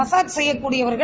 massage செப்யக்கூடியவர்கள்